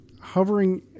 hovering